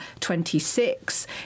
26